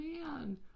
man